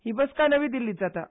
ही बसका नवी दिल्लींत जाता